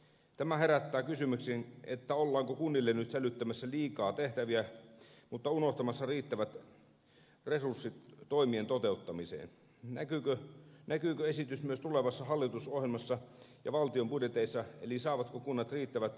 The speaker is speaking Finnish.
tämä herättää kysymyksen ollaanko kunnille nyt sälyttämässä liikaa tehtäviä mutta unohtamassa riittävät resurssit toimien toteuttamiseen näkyykö esitys myös tulevassa hallitusohjelmassa ja valtion budjeteissa eli saavatko kunnat riittävät kompensaatiot palveluista